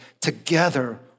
Together